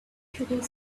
shooting